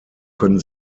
können